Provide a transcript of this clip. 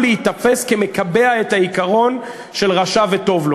להיתפס כמקבע את העיקרון של "רשע וטוב לו".